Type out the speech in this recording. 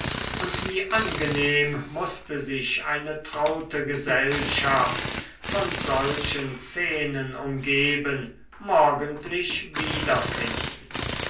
und wie angenehm mußte sich eine traute gesellschaft von solchen szenen umgeben morgendlich wiederfinden